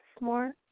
more